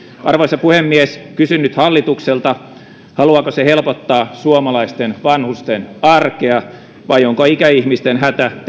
arvoisa puhemies kysyn nyt hallitukselta haluaako se helpottaa suomalaisten vanhusten arkea vai onko ikäihmisten hätä